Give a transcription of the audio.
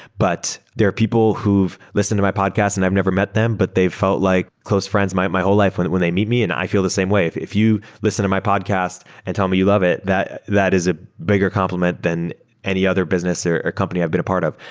but there people who've listened to my podcast and i've never met them, but they felt like close friends my my whole life when they meet me and i feel the same way. if if you listen to my podcast and tell me you love it, that that is ah bigger complement than any other business or or company i've been a part of.